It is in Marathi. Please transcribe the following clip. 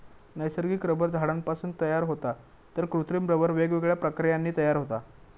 नैसर्गिक रबर झाडांपासून तयार होता तर कृत्रिम रबर वेगवेगळ्या प्रक्रियांनी तयार होता